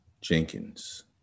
Jenkins